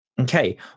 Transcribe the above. okay